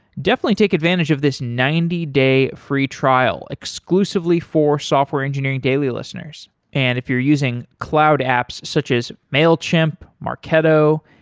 definitely take advantage of this ninety day free trial exclusively for software engineering daily listeners and if you're using cloud apps such as mailchimp, marketo,